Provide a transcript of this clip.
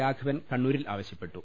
രാഘവൻ കണ്ണൂരിൽ ആവശ്യപ്പെട്ടു